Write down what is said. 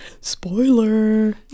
spoiler